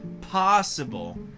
possible